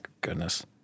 goodness